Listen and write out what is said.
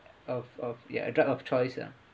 of of your drug of choice ah